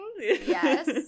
yes